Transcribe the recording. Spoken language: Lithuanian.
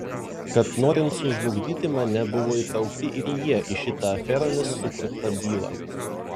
kad norint sužlugdyti mane buvo įtraukti ir jie į šitą aferomis sukurptą bylą